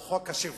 או חוק השבעה.